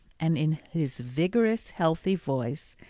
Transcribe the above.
and in his vigorous, healthy voice,